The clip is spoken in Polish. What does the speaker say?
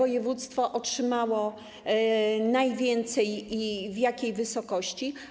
otrzymało ich najwięcej i w jakiej wysokości.